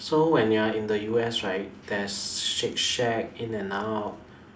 so when you are in the U_S right there's Shake-Shack In-and-Out